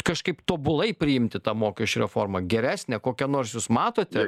kažkaip tobulai priimti tą mokesčių reformą geresnę kokią nors jūs matote